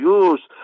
use